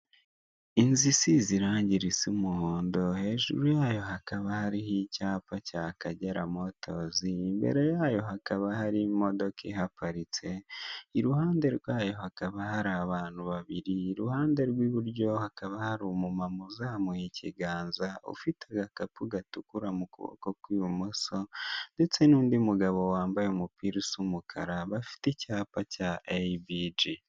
Inzu isize zirangiriza umuhondo hejuru yayo hakaba hariho icyapa cya Akagera motozi imbere yayo hakaba hari imodoka ihaparitse, iruhande rwayo hakaba hari abantu babiri iruhande rw'iburyo hakaba hari umumama uzamuye ikiganza, ufite agakapu gatukura mu kuboko kw'ibumoso ndetse n'undi mugabo wambaye umupira usa umukara bafite icyapa cya eyibiji.